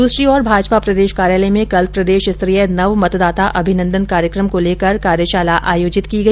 दूसरी ओर भाजपा प्रदेश कार्यालय में कल प्रदेशस्तरीय नव मतदाता अभिनंदन कार्यक्रम को लेकर कार्यशाला का आयोजन किया गया